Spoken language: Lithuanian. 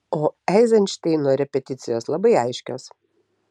o eizenšteino repeticijos labai aiškios